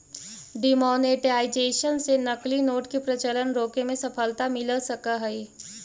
demonetisation से नकली note के प्रचलन रोके में सफलता मिल सकऽ हई